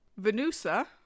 Venusa